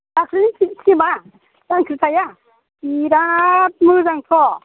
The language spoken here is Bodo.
दाख्लैनि फ्लिमआ जांख्रिथाइया बिराथ मोजांथ'